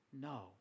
no